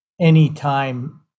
anytime